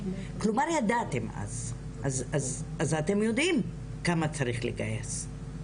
כלומר, ידעתם אז, אז אתם יודעים כמה צריך לגייס.